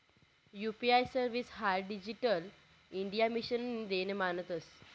UPI service हाई digital India मिशननी देन मानतंस